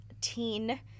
teen